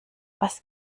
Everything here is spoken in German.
was